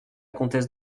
comtesse